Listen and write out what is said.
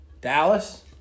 Dallas